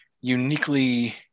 uniquely